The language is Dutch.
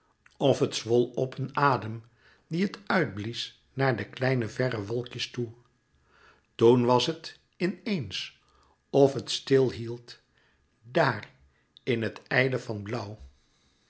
of het zwol op een louis couperus metamorfoze adem die het uitblies naar de kleine verre wolkjes toe toen was het in eens of het stilhield daar in het ijle van blauw